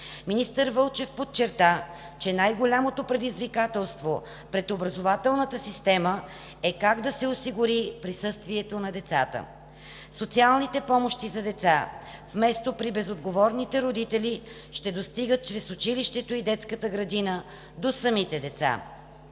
Министър Вълчев подчерта, че най-голямото предизвикателство пред образователната система е как да се осигури присъствието на децата. Социалните помощи за деца вместо при безотговорните родители ще достигат чрез училището и детската градина до самите деца.